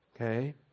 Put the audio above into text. Okay